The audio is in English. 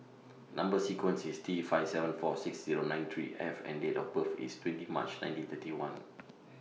Number sequence IS T five seven four six Zero nine three F and Date of birth IS twenty March nineteen thirty one